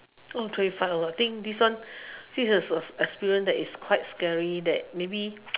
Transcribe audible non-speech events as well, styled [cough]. oh terrified lor I think this one this is an experience that is quite scary that maybe [noise]